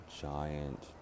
giant